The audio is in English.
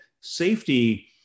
safety